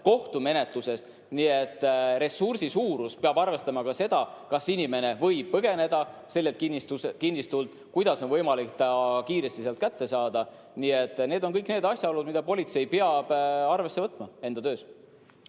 kohtumenetlusest. Ressursi suurus sõltub ka sellest, kas inimene võib põgeneda sellelt kinnistult, kuidas on võimalik ta kiiresti sealt kätte saada. Nii et need on kõik need asjaolud, mida politsei peab arvesse võtma enda töös.